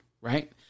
right